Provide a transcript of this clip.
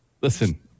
Listen